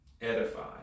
edify